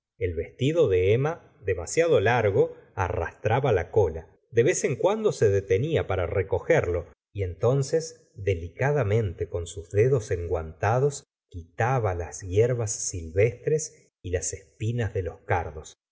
el vestido de emma demasiado largo arrastraba la cola de vez en cuando se detenía para recogerlo y entonces delicadamente con sus dedos enpantaf dos quitaba las hierbas silvestres y las espinas de los cardos